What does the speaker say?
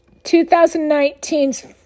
2019's